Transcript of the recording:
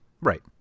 Right